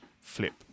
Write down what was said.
flip